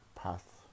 Path